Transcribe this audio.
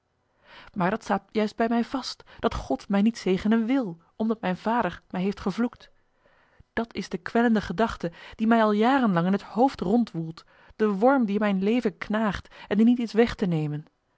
maar dat staat juist bij mij vast dat god mij niet zegenen wil omdat mijn vader mij heeft gevloekt dat is de kwellende gedachte die mij al jarenlang in het hoofd roudwoelt de worm die aan mijn leven knaagt en die niet is weg te nemen